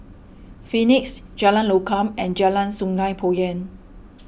Phoenix Jalan Lokam and Jalan Sungei Poyan